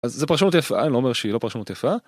אז זה פרשנות יפה, אני לא אומר שהיא לא פרשנות יפה.